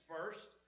First